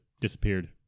disappeared